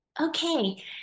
Okay